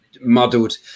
muddled